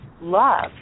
love